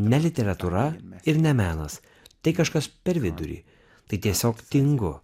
ne literatūra ir ne menas tai kažkas per vidurį tai tiesiog tingu